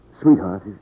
Sweetheart